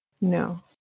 No